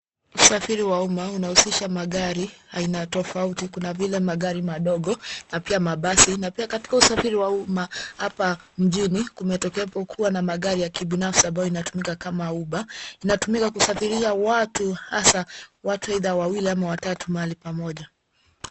Usafiri wa umma unahusisha magari aina tofauti kuna vile magari madogo na pia mabasi na pia katika usafiri wa uma hapa mjini kumetokehepo na magari ya kibinafsi ambayo yanatumika kama uber . Inatumika kusafirisha watu hasa watu aidha wawili ama watatu mahali pamoja.